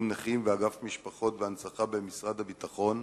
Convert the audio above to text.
נכים ואגף משפחות והנצחה במשרד הביטחון,